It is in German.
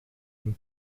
ihm